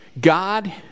God